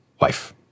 wife